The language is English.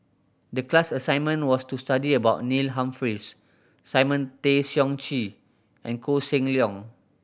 the class assignment was to study about Neil Humphreys Simon Tay Seong Chee and Koh Seng Leong